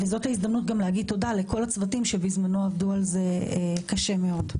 זאת ההזדמנות גם להגיד תודה לכל הצוותים שבזמנו עבדו על זה קשה מאוד.